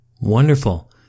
Wonderful